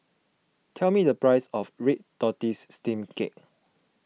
tell me the price of Red Tortoise Steamed Cake